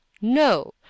no